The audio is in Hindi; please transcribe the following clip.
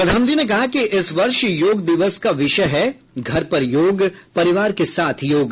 प्रधानमंत्री ने कहा कि इस वर्ष योग दिवस का विषय है घर पर योग परिवार के साथ योग